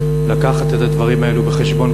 לקחת את הדברים האלו בחשבון,